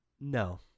no